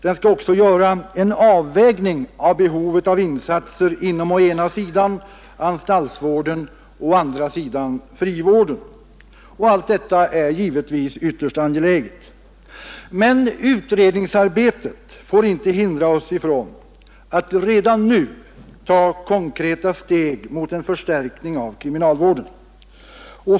Den skall också göra en avvägning av behovet av insatser inom å ena sidan anstaltsvården och å andra sidan frivården. Allt detta är givetvis ytterst angeläget. Men utredningsarbetet får inte hindra oss ifrån att redan nu ta konkreta steg mot en förstärkning av kriminalvården.